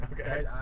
Okay